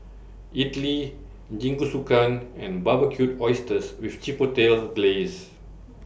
Idili Jingisukan and Barbecued Oysters with Chipotle Glaze